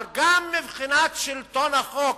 אבל גם מבחינת שלטון החוק,